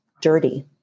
dirty